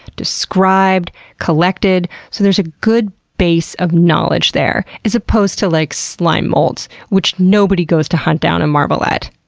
described and collected, so there's a good base of knowledge there, as opposed to like, slime molds, which nobody goes to hunt down and marvel at.